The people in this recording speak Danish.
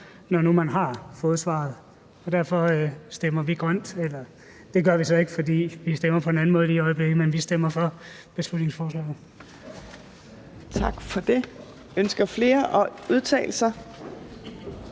nu man har fået svaret. Derfor stemmer vi grønt – eller det gør vi så ikke, fordi vi stemmer på en anden måde lige i øjeblikket, men vi stemmer for beslutningsforslaget. Kl. 10:31 Fjerde